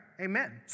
Amen